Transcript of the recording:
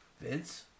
Vince